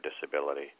disability